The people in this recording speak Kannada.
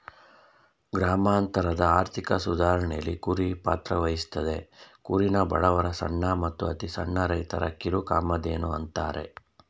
ಗ್ರಾಮಾಂತರದ ಆರ್ಥಿಕ ಸುಧಾರಣೆಲಿ ಕುರಿ ಪಾತ್ರವಹಿಸ್ತದೆ ಕುರಿನ ಬಡವರ ಸಣ್ಣ ಮತ್ತು ಅತಿಸಣ್ಣ ರೈತರ ಕಿರುಕಾಮಧೇನು ಅಂತಾರೆ